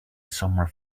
somewhere